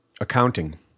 accounting